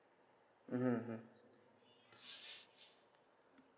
mmhmm mmhmm